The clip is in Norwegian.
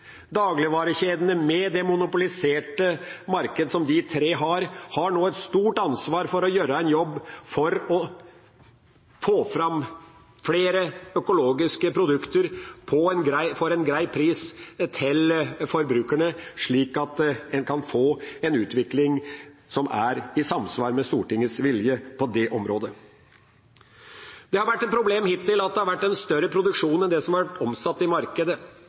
Dagligvarekjedene med det monopoliserte marked som de tre har, har nå et stort ansvar for å gjøre en jobb for å få fram flere økologiske produkter for en grei pris til forbrukerne, slik at en kan få en utvikling som er i samsvar med Stortingets vilje på det området. Det har vært et problem hittil at det har vært større produksjon enn det som har vært omsatt i markedet.